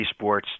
esports